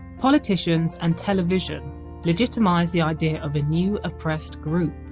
politicians and television legitimised the idea of a new oppressed group.